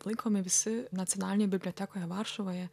laikomi visi nacionalinėj bibliotekoje varšuvoje